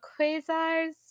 quasars